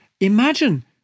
Imagine